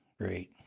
great